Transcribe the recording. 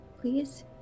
Please